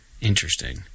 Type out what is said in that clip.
Interesting